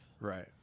Right